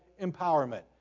empowerment